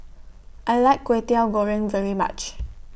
I like Kwetiau Goreng very much